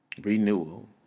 Renewal